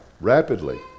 rapidly